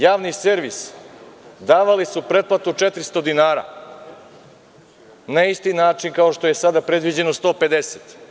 Javni servis, davali su pretplatu 400 dinara, na isti način kao što je sada predviđeno 150.